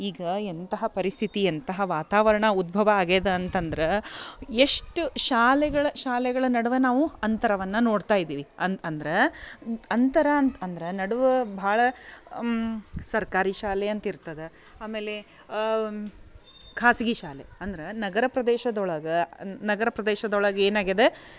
ಈಗ ಎಂತಹ ಪರಿಸ್ಥಿತಿ ಎಂತಹ ವಾತಾವರಣ ಉದ್ಭವ ಆಗೇದ ಅಂತಂದ್ರೆ ಎಷ್ಟು ಶಾಲೆಗಳ ಶಾಲೆಗಳ ನಡವೆ ನಾವು ಅಂತರವನ್ನು ನೋಡ್ತಾ ಇದೀವಿ ಅನ್ ಅಂದ್ರೆ ಅಂತರ ಅಂತ ಅಂದ್ರೆ ನಡುವೆ ಭಾಳ ಸರ್ಕಾರಿ ಶಾಲೆ ಅಂತಿರ್ತದೆ ಆಮೇಲೆ ಖಾಸಗಿ ಶಾಲೆ ಅಂದ್ರೆ ನಗರ ಪ್ರದೇಶದೊಳಗೆ ನಗರ ಪ್ರದೇಶದೊಳಗೆ ಏನಾಗ್ಯದ